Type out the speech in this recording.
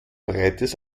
breites